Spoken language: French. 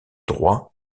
droit